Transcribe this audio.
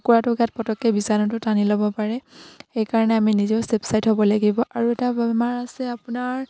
কুকুৰাটোৰ গাত পতককে বীজাণুটো টানি ল'ব পাৰে সেইকাৰণে আমি নিজেও ছেফচাইট হ'ব লাগিব আৰু এটা বেমাৰ আছে আপোনাৰ